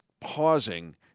pausing